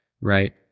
right